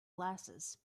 glasses